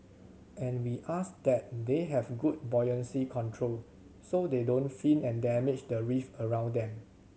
and we ask that they have good buoyancy control so they don't fin and damage the reef around them